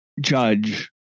judge